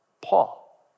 Paul